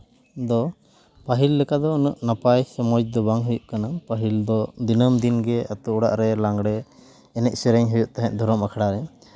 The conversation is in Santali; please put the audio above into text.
ᱫᱚ ᱯᱟᱹᱦᱤᱞ ᱞᱮᱠᱟ ᱫᱚ ᱩᱱᱟᱹᱜ ᱱᱟᱯᱟᱭ ᱥᱮ ᱢᱚᱡᱽ ᱫᱚ ᱵᱟᱝ ᱦᱩᱭᱩᱜ ᱠᱟᱱᱟ ᱯᱟᱹᱦᱤᱞ ᱫᱚ ᱫᱤᱱᱟᱹᱢ ᱫᱤᱱ ᱜᱮ ᱟᱛᱳ ᱚᱲᱟᱜ ᱨᱮ ᱞᱟᱜᱽᱲᱮ ᱮᱱᱮᱡ ᱥᱮᱨᱮᱧ ᱦᱩᱭᱩᱜ ᱛᱟᱦᱮᱸᱜ ᱫᱷᱚᱨᱚᱢ ᱟᱠᱷᱲᱟ ᱨᱮ